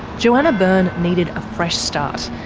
johanna byrne needed a fresh start,